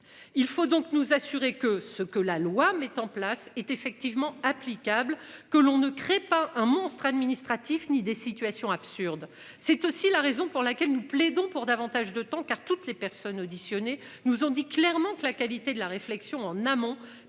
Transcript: Il faut donc nous assurer que ce que la loi mette en place est effectivement applicable, que l'on ne crée pas un monstre administratif ni des situations absurdes. C'est aussi la raison pour laquelle nous plaidons pour davantage de temps car toutes les personnes auditionnées nous ont dit clairement que la qualité de la réflexion en amont